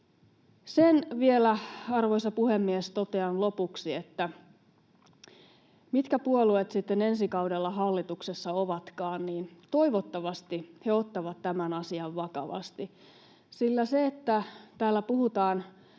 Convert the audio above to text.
Sen vielä, arvoisa puhemies, totean lopuksi, että mitkä puolueet sitten ensi kaudella hallituksessa ovatkaan, niin toivottavasti he ottavat tämän asian vakavasti. Sillä vaikka täällä puhutaan